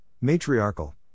matriarchal